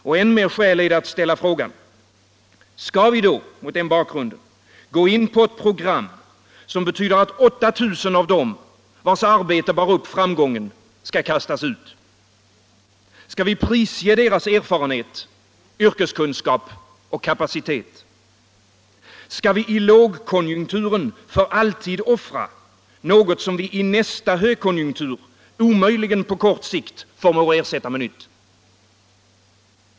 Och än mer skäl är det att ställa frågan: Skall vi mot den bakgrunden gå in på ett program som betyder att 8 000 av dem, vilkas arbete bar upp framgången, skall kastas ut? Skall vi prisge deras erfarenhet, yrkeskunskap och kapacitet? Skall vi i lågkonjunkturen för alltid offra något som vi i nästa högkonjunktur omöjligen på kort sikt förmår ersätta med nytt?